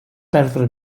perdre